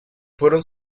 fueron